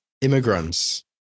immigrants